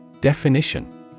Definition